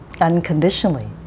unconditionally